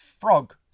frog